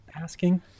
asking